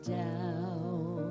down